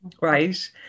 right